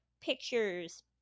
pictures